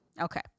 Okay